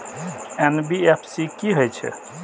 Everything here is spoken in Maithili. एन.बी.एफ.सी की हे छे?